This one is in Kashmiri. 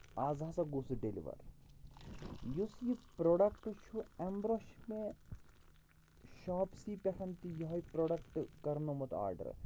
اَز ہَسا گوٚو سُہ ڈیلِوَر یُس یہِ پرٛوڈکٹہٕ چھُ اَمہِ برٛۄنٛہہ چھِ مےٚ شاپسی پٮ۪ٹھ تہِ یِہَے پرٛوڈَکٹہٕ کرنومُت آرڈر